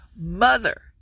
Mother